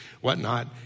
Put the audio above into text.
whatnot